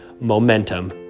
momentum